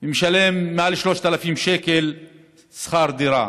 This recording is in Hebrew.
ומשלם יותר מ-3,000 שקל שכר דירה.